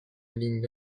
ligne